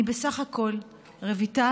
אני בסך הכול רויטל,